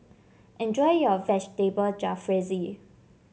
enjoy your Vegetable Jalfrezi